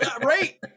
right